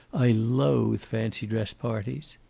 i loathe fancy-dress parties.